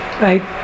right